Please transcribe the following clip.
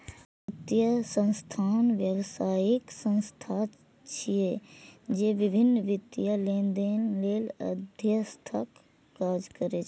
वित्तीय संस्थान व्यावसायिक संस्था छिय, जे विभिन्न वित्तीय लेनदेन लेल मध्यस्थक काज करै छै